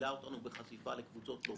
שמגבילה אותנו בחשיפה לקבוצות לווים.